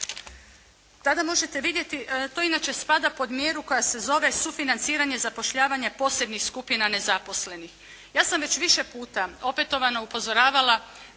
tada možete vidjeti, to inače spada pod mjeru koja se zove sufinanciranje zapošljavanja posebnih skupina nezaposlenih. Ja sam već više puta opetovano upozoravala